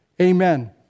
Amen